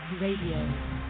Radio